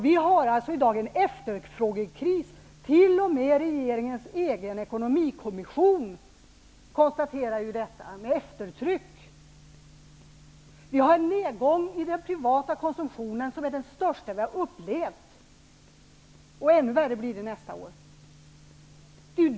Vi har i dag en efterfrågekris. T.o.m. regeringens egen ekonomikommission konstaterar detta med eftertryck. Vi har en nedgång i den privata konsumtionen som är den största som vi har upplevt. Ännu värre blir det nästa år.